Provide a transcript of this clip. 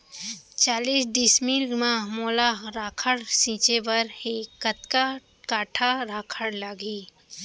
चालीस डिसमिल म मोला राखड़ छिंचे बर हे कतका काठा राखड़ लागही?